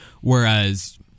Whereas